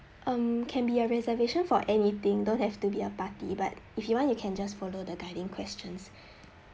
um can be a reservation for anything don't have to be a party but if you want you can just follow the guiding questions